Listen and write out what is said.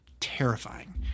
terrifying